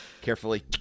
carefully